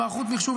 במערכות מחשוב,